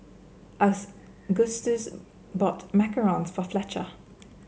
bought macarons for Fletcher